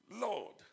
Lord